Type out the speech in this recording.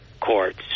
courts